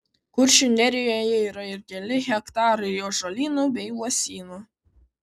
kuršių nerijoje yra ir keli hektarai ąžuolynų bei uosynų